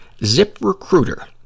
ZipRecruiter